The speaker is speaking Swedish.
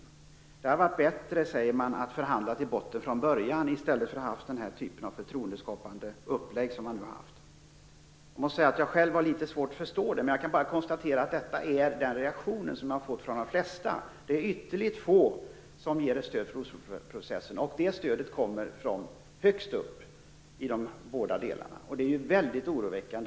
Man säger att det hade varit bättre att redan från början förhandla till botten i stället för att ha den typ av förtroendeskapande upplägg som nu varit. Jag har själv litet svårt att förstå det. Jag bara konstaterar att detta är den reaktion som jag mött hos de flesta. Det är ytterligt få som ger Osloprocessen sitt stöd. Det stödet kommer från dem högst upp, på båda sidorna. Detta är väldigt oroväckande.